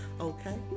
okay